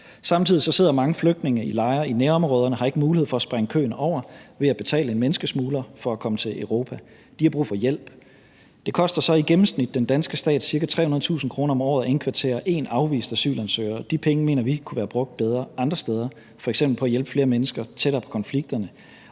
Samtidig sidder mange flygtninge i lejre i nærområderne og har ikke mulighed for at springe køen over ved at betale en menneskesmugler for at komme til Europa; de har brug for hjælp. Det koster så i gennemsnit den danske stat ca. 300.000 kr. om året at indkvartere én afvist asylansøger, og de penge mener vi kunne være brugt bedre andre steder, f.eks. på at hjælpe flere mennesker tættere på konflikterne.